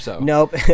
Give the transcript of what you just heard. Nope